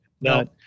no